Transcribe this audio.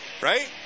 right